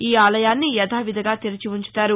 ఈ ఆలయాన్ని యదావిధిగా తెరచివుంచుతారు